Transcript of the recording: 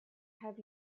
have